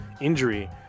injury